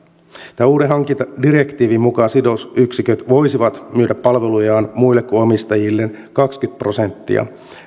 tämän uuden hankintadirektiivin mukaan sidosyksiköt voisivat myydä palvelujaan muille kuin omistajilleen kaksikymmentä prosenttia